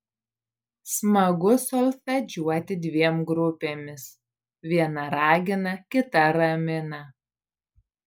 smagu solfedžiuoti dviem grupėmis viena ragina kita ramina